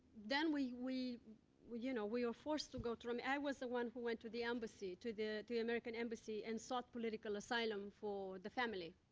then, we we you know, we were forced to go to um i was the one who went to the embassy, to the the american embassy, and sought political asylum for the family.